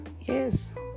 Yes